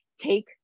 take